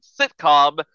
sitcom